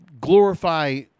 glorify